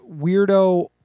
weirdo